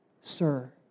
sir